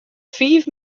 fiif